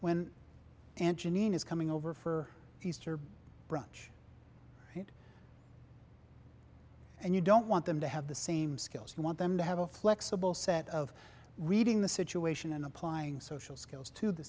when and janine is coming over for easter brunch and you don't want them to have the same skills you want them to have a flexible set of reading the situation and applying social skills to the